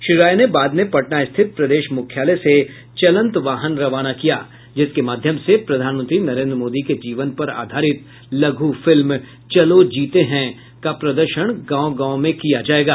श्री राय ने बाद में पटना स्थित प्रदेश मुख्यालय से चलंत वाहन रवाना किया जिसके माध्यम से प्रधानमंत्री नरेन्द्र मोदी के जीवन पर आधारित लघु फिल्म चलो जीते हैं का प्रदर्शन गांव गांव में किया जायेगा